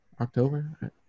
October